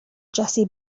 jessie